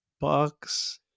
bucks